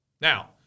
Now